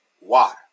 water